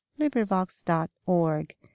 LibriVox.org